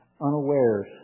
unawares